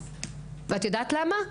ואת יודעת למה?